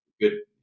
good